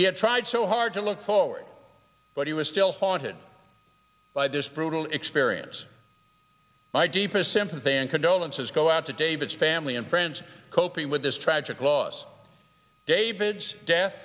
he had tried so hard to look forward but he was still haunted by this brutal experience my deepest sympathy and condolences go out to david's family and friends coping with this tragic loss david's death